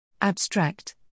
Abstract